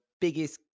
biggest